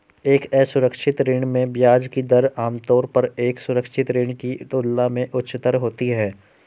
एक असुरक्षित ऋण में ब्याज की दर आमतौर पर एक सुरक्षित ऋण की तुलना में उच्चतर होती है?